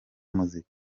muzika